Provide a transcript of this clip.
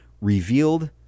revealed